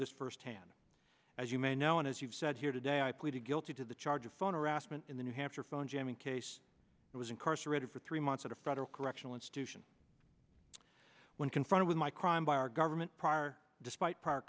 this firsthand as you may know and as you've said here today i pleaded guilty to the charge of phone rassmann in the new hampshire phone jamming case it was incarcerated for three months at a federal correctional institution when confronted with my crime by our government prior despite